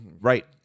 right